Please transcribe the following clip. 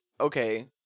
okay